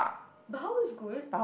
Baha was good